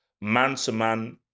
man-to-man